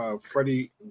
Freddie